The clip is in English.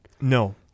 No